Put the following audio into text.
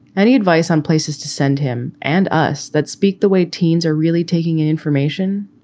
any advice on places to send him and us that speak the way teens are really taking in information?